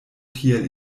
tiel